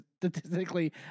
statistically